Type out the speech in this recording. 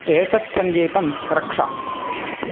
एतत् सङ्गीतं रक्ष